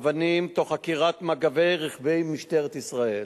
אבנים, תוך עקירת מגבי רכבי משטרת ישראל.